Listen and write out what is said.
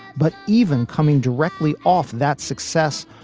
but even coming directly off that success,